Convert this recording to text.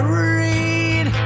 read